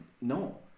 no